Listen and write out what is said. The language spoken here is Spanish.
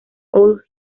all